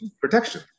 protection